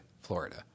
Florida